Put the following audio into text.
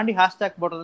hashtag